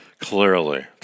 Clearly